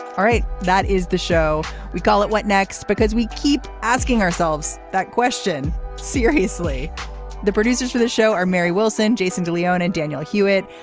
all right that is the show. we call it what next because we keep asking ourselves that question seriously the producers of the show are mary wilson jason de leon and daniel hewett.